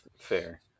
Fair